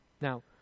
Now